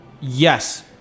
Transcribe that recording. Yes